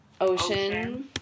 Ocean